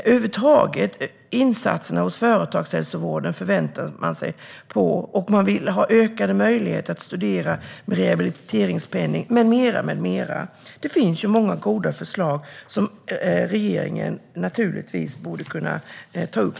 Över huvud taget hade man förväntningar på insatserna hos företagshälsovården, och man ville ha ökade möjligheter att studera med rehabiliteringspenning med mera. Det finns många goda förslag som regeringen borde kunna ta upp.